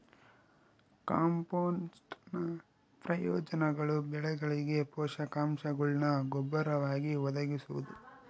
ಕಾಂಪೋಸ್ಟ್ನ ಪ್ರಯೋಜನಗಳು ಬೆಳೆಗಳಿಗೆ ಪೋಷಕಾಂಶಗುಳ್ನ ಗೊಬ್ಬರವಾಗಿ ಒದಗಿಸುವುದು